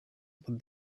but